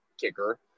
kicker